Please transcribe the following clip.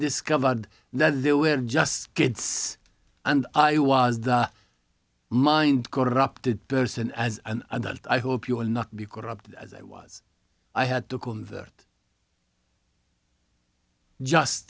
discovered that they were just kids and i was the mind corrupted person as an adult i hope you will not be corrupt as i was i had